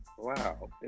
Wow